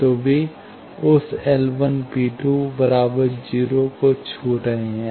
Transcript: तो वे उस L P 0 को छू रहे हैं